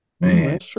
Man